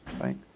Right